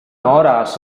horas